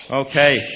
Okay